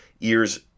ears